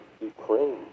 Ukraine